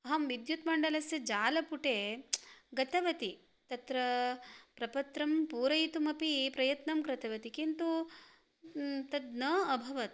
अहं विद्युत्मण्डलस्य जालपुटे गतवती तत्र प्रपत्रं पूरयितुमपि प्रयत्नं कृतवती किन्तु तत् न अभवत्